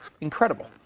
Incredible